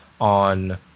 on